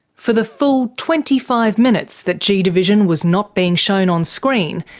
for the full twenty five minutes that g division was not being shown on screen,